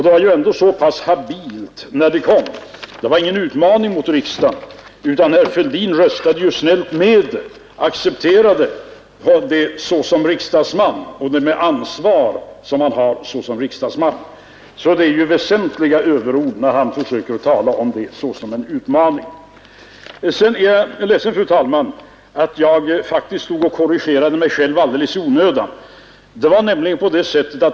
Det var också habilt när det kom, det var ingen utmaning mot riksdagen, utan herr Fälldin röstade ju snällt med förslaget, accepterade det med det ansvar han har som riksdagsman. Det är alltså väsentliga överord när han försöker att tala om det som en utmaning. Jag är ledsen, fru talman, att jag faktiskt alldeles i onödan stod och korrigerade mig själv.